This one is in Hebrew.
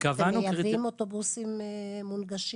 וקבענו --- אתם מייבאים אוטובוסים מונגשים